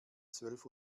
zwölf